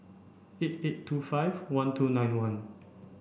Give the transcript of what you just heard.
eight eight two five one two nine one